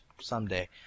someday